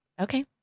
Okay